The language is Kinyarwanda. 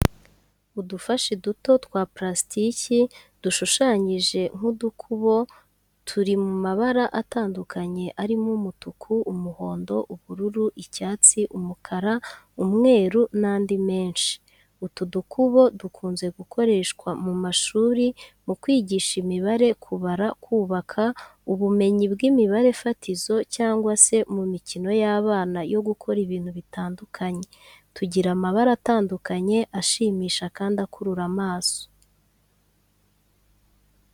Udufasi duto twa parastiki dushushanyije nk’udukubo, turi mu mabara atandukanye arimo umutuku, umuhondo, ubururu, icyatsi, umukara, umweru n’andi menshi. Utu dukubo dukunze gukoreshwa mu mashuri mu kwigisha imibare, kubara, kubaka ubumenyi bw’imibare fatizo cyangwa se mu mikino y’abana yo gukora ibintu bitandukanye. Tugira amabara atandukanye ashimisha kandi akurura amaso.